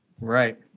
Right